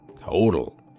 Total